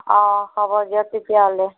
অ' হ'ব দিয়ক তেতিয়াহ'লে